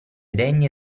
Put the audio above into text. degne